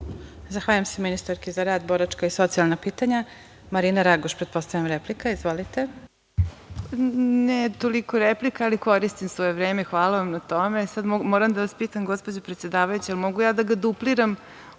Zahvaljujem se ministarki za rad, boračka i socijalna pitanja. Reč ima Marina Raguš, pretpostavljam replika. Izvolite. **Marina Raguš** Ne toliko replika, ali koristim svoje vreme. Hvala vam na tome. Moram da vas pitam, gospođo predsedavajuća, da li mogu ja da ga dupliram,